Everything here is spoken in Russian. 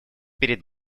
перед